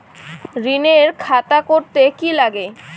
ঋণের খাতা করতে কি লাগে?